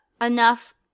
enough